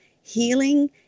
healing